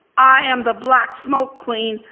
i am the black smoke queen.